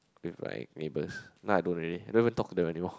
with my neighbours now I don't really I never talk to them anymore